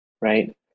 Right